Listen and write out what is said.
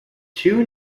two